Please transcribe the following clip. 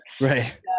Right